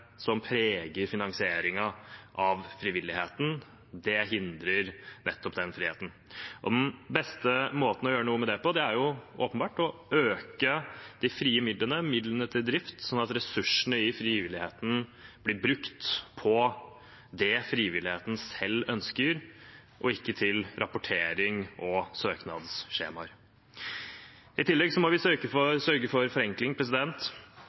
som preger finansieringen av frivilligheten. Det hindrer nettopp den friheten. Den beste måten å gjøre noe med det på er åpenbart å øke de frie midlene, midlene til drift, sånn at ressursene i frivilligheten blir brukt på det frivilligheten selv ønsker, og ikke til rapportering og søknadsskjemaer. I tillegg må vi sørge for forenkling,